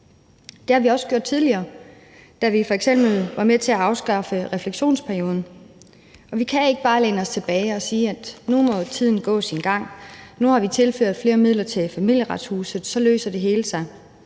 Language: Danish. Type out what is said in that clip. Det har vi også gjort tidligere, da vi f.eks. var med til at afskaffe refleksionsperioden, og vi kan ikke bare læne os tilbage og sige, at nu må tiden gå sin gang, at nu har vi tilført flere midler til Familieretshuset, og så løser det hele sig.